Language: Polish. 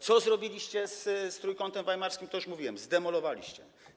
Co zrobiliście z Trójkątem Weimarskim, już mówiłem, zdemolowaliście.